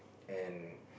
and